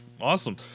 awesome